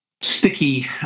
sticky